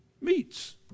meats